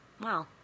wow